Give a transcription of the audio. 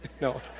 No